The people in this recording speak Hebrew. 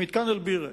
במתקן אל-בירה,